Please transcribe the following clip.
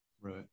Right